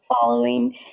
following